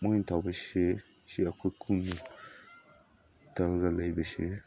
ꯃꯣꯏ ꯇꯧꯔꯤꯁꯤ ꯁꯤ ꯑꯩꯈꯣꯏ ꯈꯨꯟꯒꯤ ꯇꯧꯔꯒ ꯂꯩꯕꯁꯦ